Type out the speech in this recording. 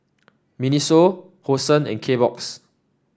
Miniso Hosen and Kbox